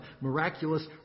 miraculous